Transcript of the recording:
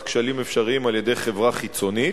כשלים אפשריים על-ידי חברה חיצונית.